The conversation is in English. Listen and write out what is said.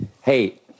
Hey